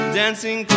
dancing